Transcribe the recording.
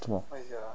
做么